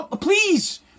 Please